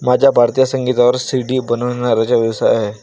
माझा भारतीय संगीतावर सी.डी बनवण्याचा व्यवसाय आहे